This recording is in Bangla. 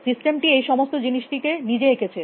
সিস্টেম টি এই সমস্ত জিনিস টিকে নিজে এঁকেছে